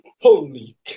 Holy